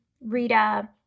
rita